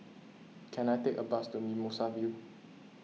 can I take a bus to Mimosa View